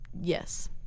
yes